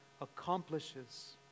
accomplishes